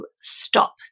stop